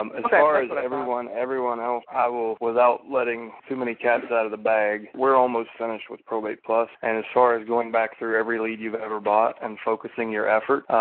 um as ah far as but everyone, everyone else, i will without letting too many cats out of the bag. we're almost finished with probate plus, and as far as going back through every lead you've ever bought and focusing your effort,